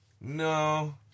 No